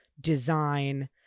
design